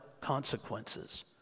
consequences